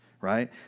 Right